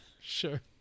Sure